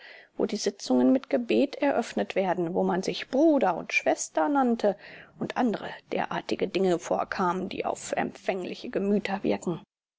wo die sitzungen mit gebet eröffnet werden wo man sich bruder und schwester nannte und andere derartige dinge vorkamen die auf empfängliche gemüter wirken